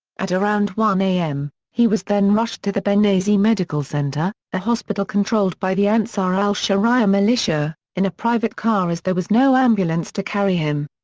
at around one am, he was then rushed to the benghazi medical center, a hospital controlled by the ansar al-sharia militia, in a private car as there was no ambulance to carry him.